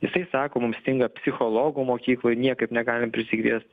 jisai sako mums stinga psichologų mokykloj niekaip negalim prisikviest